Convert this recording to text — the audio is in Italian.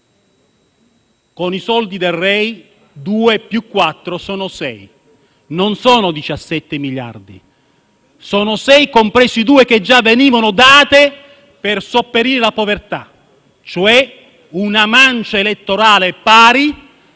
Con i soldi del REI, 2 più 4, si arriva a 6. Non sono 17 miliardi, ma 6, compresi i due che già venivano dati per sopperire alla povertà; una mancia elettorale pari